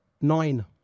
nine